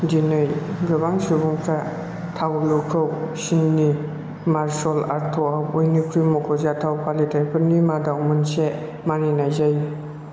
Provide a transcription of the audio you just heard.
दिनै गोबां सुबुंफ्रा तावलूखौ चीननि मार्शल आर्टआव बयनिख्रुइ मख'जाथाव फालिथाइफोरनि मादाव मोनसे मानिनाय जायो